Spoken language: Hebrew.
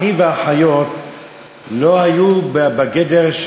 אחים ואחיות לא היו בגדר,